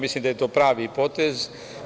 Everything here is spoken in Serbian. Mislim da je to pravi potez.